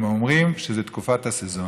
הם אומרים שזה תקופת הסזון.